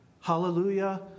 Hallelujah